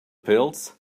pills